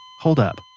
hold up.